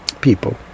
people